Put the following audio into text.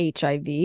HIV